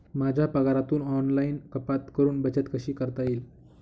माझ्या पगारातून ऑनलाइन कपात करुन बचत कशी करता येईल?